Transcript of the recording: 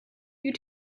you